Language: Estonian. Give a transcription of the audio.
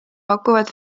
pakuvad